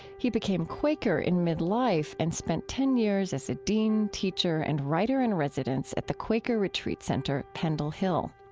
he became quaker in midlife and spent ten years as a dean, teacher, and writer-in-residence at the quaker retreat center pendle hill.